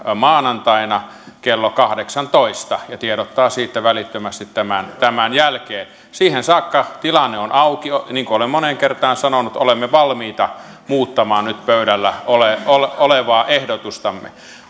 maanantaina klo kahdeksantoista ja tiedottaa siitä välittömästi tämän tämän jälkeen siihen saakka tilanne on auki niin kuin olen moneen kertaan sanonut olemme valmiita muuttamaan nyt pöydällä olevaa ehdotustamme